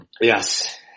Yes